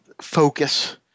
focus